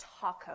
taco